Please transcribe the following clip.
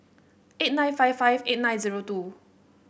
eight nine five five eight nine zero two